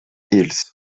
hills